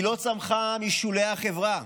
היא לא צמחה משולי החברה,